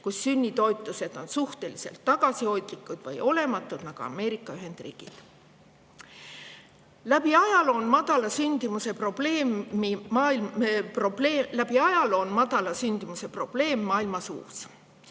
kus sünnitoetused on suhteliselt tagasihoidlikud või olematud, nagu Ameerika Ühendriigid. Läbi ajaloo on madala sündimuse probleem maailmas uus.